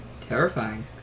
terrifying